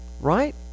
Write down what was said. right